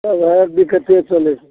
सबहक दिक्कते चलै छै